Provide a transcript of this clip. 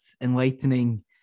enlightening